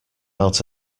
out